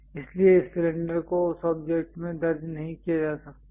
इसलिए इस सिलेंडर को उस ऑब्जेक्ट में दर्ज नहीं किया जा सकता है